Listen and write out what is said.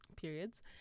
periods